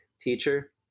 teacher